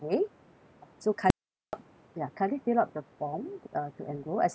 so kindly fill up ya kindly fill up the form uh to enrol as a member